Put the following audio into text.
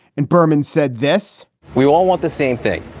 and berman said this we all want the same thing,